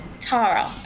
Tara